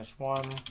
one